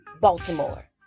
Baltimore